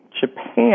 Japan